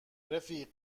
رفیق